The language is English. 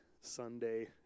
sunday